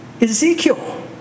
Ezekiel